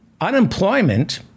Unemployment